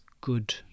good